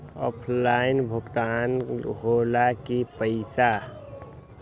Offline भुगतान हो ला कि पईसा?